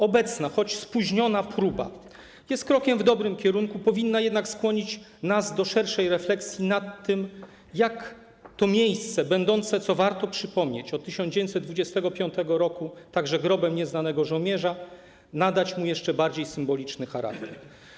Obecna, choć spóźniona próba jest krokiem w dobrym kierunku, powinna jednak skłonić nas do szerszej refleksji nad tym, jak temu miejscu będącemu, co warto przypomnieć, od 1925 r. także Grobem Nieznanego Żołnierza nadać jeszcze bardziej symboliczny charakter.